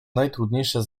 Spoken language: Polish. najtrudniejsze